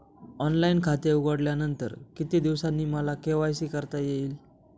Online खाते उघडल्यानंतर किती दिवसांनी मला के.वाय.सी करता येईल?